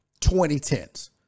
2010s